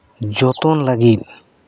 ᱡᱚᱛᱚᱱ ᱞᱟᱹᱜᱤᱫ